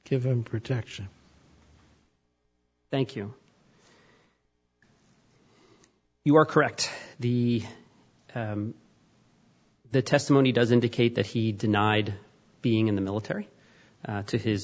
give him protection thank you you are correct the the testimony does indicate that he denied being in the military to his